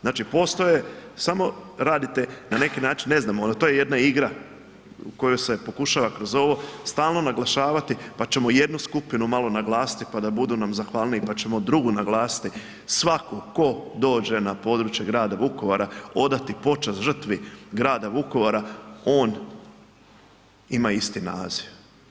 Znači postoje, samo radite na neki način ne znam to je jedna igra u kojoj se pokušava kroz ovo stalno naglašavati pa ćemo jednu skupinu malo naglasiti pa da budu nam zahvalniji pa ćemo drugu naglasiti, svaku ko dođe na područje grada Vukovara odati počast žrtvi grada Vukovara on ima isti naziv.